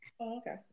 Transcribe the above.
okay